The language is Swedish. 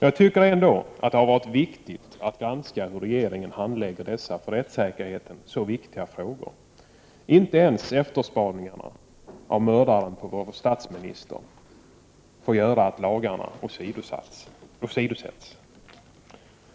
Jag tycker ändå att det har varit viktigt att granska hur regeringen handlagt dessa för rättssäkerheten så viktiga frågor. Inte ens spaningarna efter den som mördade vår statsminister får göra att lagarna åsidosätts.